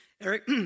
Eric